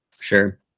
Sure